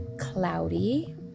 cloudy